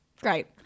Great